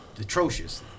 atrocious